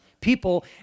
People